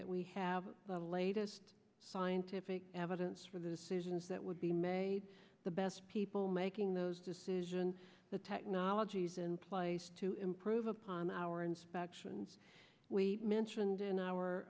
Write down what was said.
that we have the latest scientific evidence for the seasons that would be made the best people making those decision the technologies in place to improve upon our inspections we mentioned in